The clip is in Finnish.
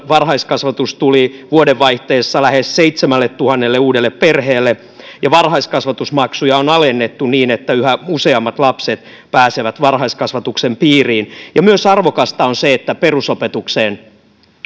varhaiskasvatus tuli vuodenvaihteessa lähes seitsemälletuhannelle uudelle perheelle ja varhaiskasvatusmaksuja on alennettu niin että yhä useammat lapset pääsevät varhaiskasvatuksen piiriin arvokasta on myös se että perusopetukseen